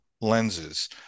lenses